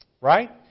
right